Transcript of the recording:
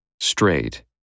straight